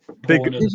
Big